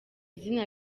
izina